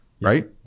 right